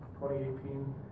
2018